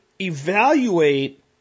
evaluate